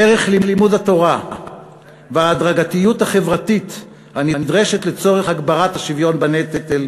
ערך לימוד התורה וההדרגתיות החברתית הנדרשת לצורך הגברת השוויון בנטל,